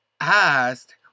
Asked